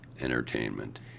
entertainment